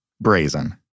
Brazen